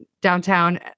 downtown